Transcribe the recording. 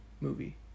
movie